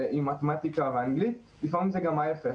מתמטיקה ואנגלית אלא לפעמים זה גם להיפך.